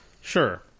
Sure